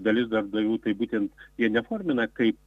dalis darbdavių būtent ir neformina kaip